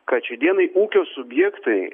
kad šiai dienai ūkio subjektai